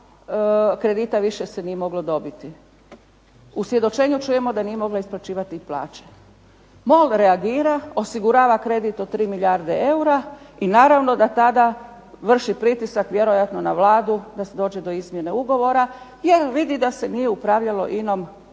kredita se više nije moglo dobiti. U svjedočenju čujemo da nije mogla isplaćivati plaće. MOL reagira, osigurava kredit od tri milijarde eura i naravno da tada vrši pritisak vjerojatno na Vladu da dođe do izmjene ugovora i on vidi da se nije upravljalo INA-om na jedan